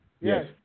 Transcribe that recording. Yes